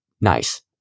nice